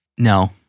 No